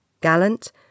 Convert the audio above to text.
Gallant